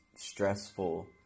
stressful